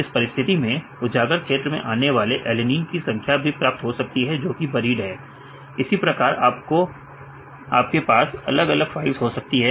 इस परिस्थिति में उजागर क्षेत्र में आने वाले एलिनिन की संख्या भी प्राप्त हो सकती है जो की बरीड है इसी प्रकार आपके पास अलग अलग फाइल्स हो सकती हैं